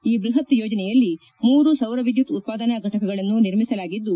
ಈ ಬ್ಬಹತ್ ಯೋಜನೆಯಲ್ಲಿ ಮೂರು ಸೌರವಿದ್ದುತ್ ಉತ್ಪಾದನಾ ಫಟಕಗಳನ್ನು ನಿರ್ಮಿಸಲಾಗಿದ್ದು